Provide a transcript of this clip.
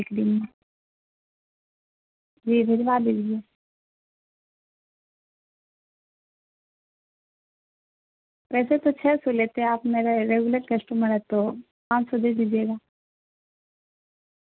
to two point دو سو چھپن جی بی کا بھی اس کا وہ ہے اسٹوریج ہے ہمارے پاس اور پانچ سو بارہ جی بی کا بھی اسٹوریج ہے اور آئی فون فورٹین سے بہتر ہمارے پاس iPhone sixteen pro max بھی ہے آئی فون سکسٹین بھی ہے